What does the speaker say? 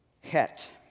het